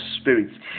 spirits